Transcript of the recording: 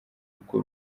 uko